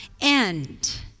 end